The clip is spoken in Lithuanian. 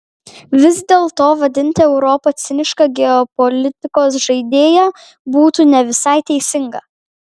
vis dėlto vadinti europą ciniška geopolitikos žaidėja būtų ne visai teisinga